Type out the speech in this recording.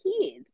kids